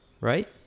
right